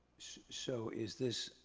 so is this,